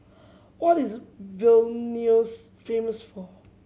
what is Vilnius famous for